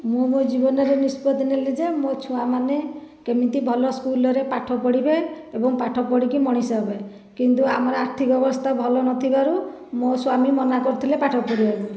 ମୁଁ ମୋ ଜୀବନରେ ନିଷ୍ପତି ନେଲି ଯେ ମୋ ଛୁଆମାନେ କେମିତି ଭଲ ସ୍କୁଲରେ ପାଠ ପଢ଼ିବେ ଏବଂ ପାଠ ପଢ଼ିକି ମଣିଷ ହେବେ କିନ୍ତୁ ଆମର ଆର୍ଥିକ ଅବସ୍ତା ଭଲ ନ ଥିବାରୁ ମୋ ସ୍ଵାମୀ ମନା କରିଥିଲେ ପାଠ ପଢ଼ିବାକୁ